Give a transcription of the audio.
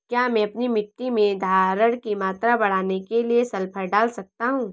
क्या मैं अपनी मिट्टी में धारण की मात्रा बढ़ाने के लिए सल्फर डाल सकता हूँ?